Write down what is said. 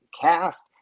cast